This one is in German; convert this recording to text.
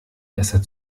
besser